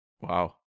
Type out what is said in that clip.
Wow